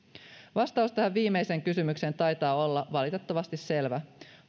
vastaus tähän viimeiseen kysymykseen taitaa olla valitettavasti selvä hallitus